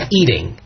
eating